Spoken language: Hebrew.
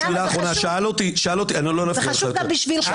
מילה אחרונה --- זה חשוב גם בשבילך.